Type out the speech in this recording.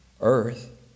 earth